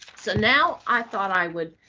so now i thought i would,